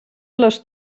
les